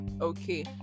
okay